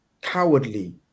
cowardly